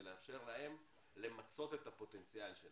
ולאפשר להם למצות את הפוטנציאל שלהם,